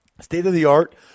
state-of-the-art